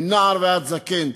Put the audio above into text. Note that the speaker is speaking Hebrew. מנער ועד זקן,